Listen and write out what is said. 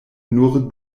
nur